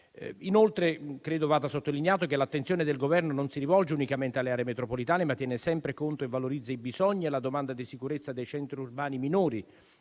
Inoltre, credo vada sottolineato che l'attenzione del Governo non si rivolge unicamente alle aree metropolitane ma tiene sempre conto e valorizza i bisogni e la domanda di sicurezza dei centri urbani minori,